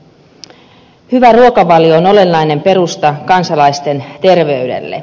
hyvä ruokavalio on olennainen perusta kansalaisten terveydelle